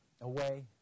away